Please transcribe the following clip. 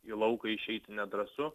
į lauką išeiti nedrąsu